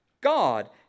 God